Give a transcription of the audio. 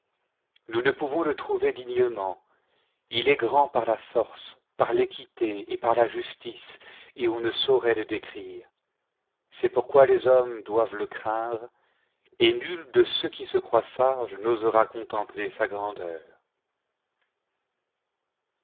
nous ne pouvons le trouver dignement il est grand par la force par l'équité et par la justice et on ne saurait le décrire c'est pourquoi les hommes doivent le craindre et nul de ceux qui se croieui sages n'osera contempler sa giandeur